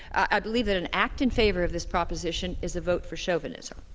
i believe that an act in favor of this proposition is a vote for chauvinism.